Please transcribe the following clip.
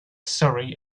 surrey